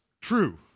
true